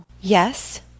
Yes